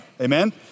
Amen